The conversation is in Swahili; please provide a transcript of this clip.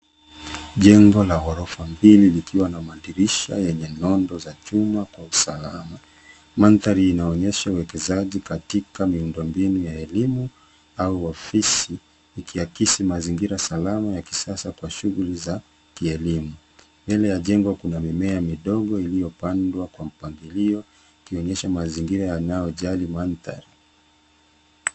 Jengo la ghorofa mbili likiwa na madirisha yenye nondo za chuma kwa usalama. Mandhari inaonyesha uwekezaji katika miundo mbinu ya elimu au ofisi, ikiakisi mazingira salama ya kisasa kwa shughuli za kielimu. Mbele ya jengo kuna mimea midogo iliyopandwa kwa mpangilio ikionyesha mazingira yanayojali mandhari.